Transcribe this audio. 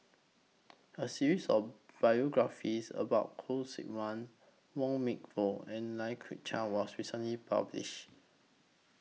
A series of biographies about Khoo Seok Wan Wong Meng Voon and Lai Kew Chai was recently published